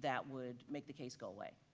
that would make the case go away.